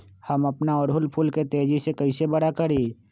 हम अपना ओरहूल फूल के तेजी से कई से बड़ा करी?